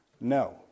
No